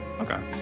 okay